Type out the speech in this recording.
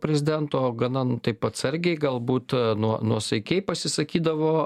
prezidento gana taip atsargiai galbūt nuo nuosaikiai pasisakydavo